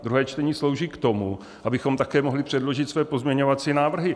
Druhé čtení slouží k tomu, abychom také mohli předložit své pozměňovací návrhy.